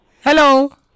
Hello